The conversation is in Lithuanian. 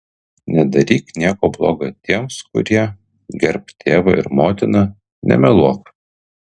nedaryk nieko bloga tiems kurie gerbk tėvą ir motiną nemeluok